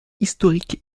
historique